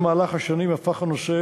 במהלך השנים הפך הנושא,